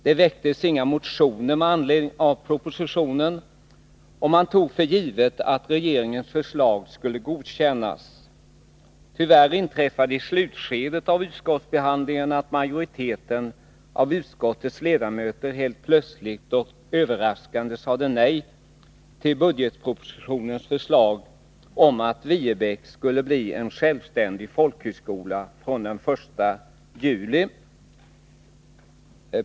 Det väcktes inga motioner med anledning av propositionen, och man tog för givet att regeringens förslag skulle godkännas. Tyvärr inträffade i slutskedet av utskottsbehandlingen att majoriteten av utskottets ledamöter helt plötsligt och överraskande sade nej till budgetpropositionens förslag om att Viebäck skulle bli en självständig folkhöskola från den första juli.